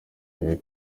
ibi